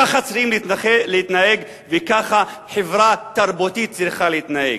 ככה צריכים להתנהג וככה חברה תרבותית צריכה להתנהג.